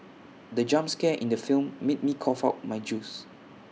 the jump scare in the film made me cough out my juice